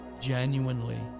genuinely